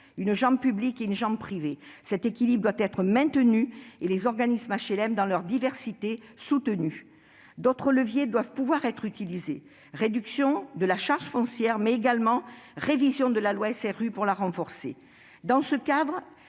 une publique et une privée. Cet équilibre doit être maintenu et les organismes HLM soutenus dans leur diversité. D'autres leviers doivent pouvoir être utilisés : réduction de la charge foncière, mais également révision de la loi SRU afin de la renforcer. Dans ce cadre,